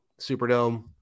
superdome